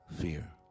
fear